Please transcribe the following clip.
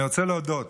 אני רוצה להודות